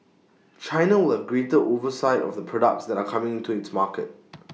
China will have greater oversight of the products that are coming into its market